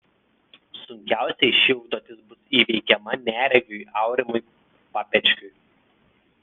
sunkiausiai ši užduotis bus įveikiama neregiui aurimui papečkiui